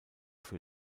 für